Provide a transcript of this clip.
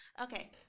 Okay